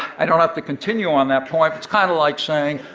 i don't have to continue on that point. it's kind of like saying